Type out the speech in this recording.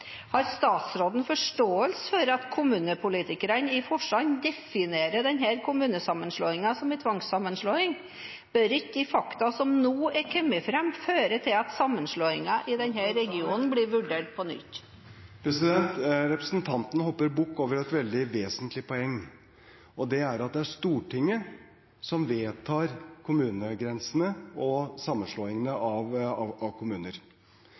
Har statsråden forståelse for at kommunepolitikerne i Forsand definerer denne kommunesammenslåingen som en tvangssammenslåing? Bør ikke faktaene som nå er kommet fram, føre til at sammenslåingen i denne regionen blir vurdert på nytt? Representanten hopper bukk over et veldig vesentlig poeng. Det er at det er Stortinget som vedtar kommunegrensene og sammenslåingene av kommuner.